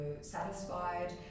satisfied